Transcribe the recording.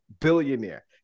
billionaire